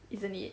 isn't it